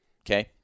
Okay